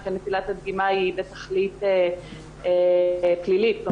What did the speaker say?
שנטילת הדגימה היא בתכלית בפלילית פלילית,